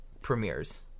premieres